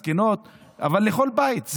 הזקנות ולכל בית.